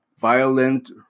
violent